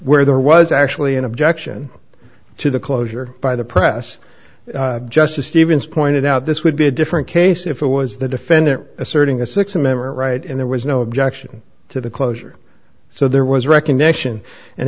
where there was actually an objection to the closure by the press justice stevens pointed out this would be a different case if it was the defendant asserting a th amendment right and there was no objection to the closure so there was recognition and